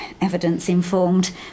evidence-informed